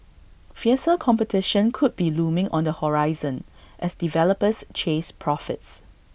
fiercer competition could be looming on the horizon as developers chase profits